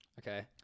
Okay